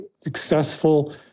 successful